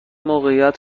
موقعیت